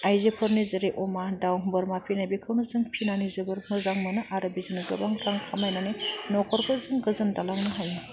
आयजोफोरनि जेरै अमा दाउ बोरमा फिसिनाय बेखौनो जों फिसिनानै जोबोर मोजां मोनो आरो बिजोंनो गोबां रां खामायनानै नख'रखौ जों गोजोन दालांनो हायो